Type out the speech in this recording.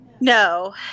No